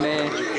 מי בעד הרוויזיה?